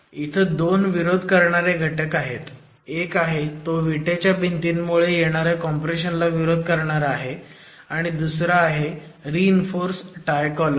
इथं 2 विरोध करणारे घटक आहेत एक आहे तो विटेच्या भिंतीमुळे येणाऱ्या कॉम्प्रेशन ला विरोध करणारा आणि दुसरा आहे रीइन्फोर्स टाय कॉलम